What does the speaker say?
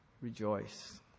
rejoice